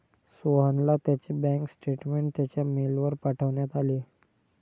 सोहनला त्याचे bank statement त्याच्या मेलवर पाठवण्यात आले